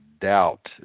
doubt